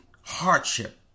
hardship